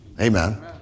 Amen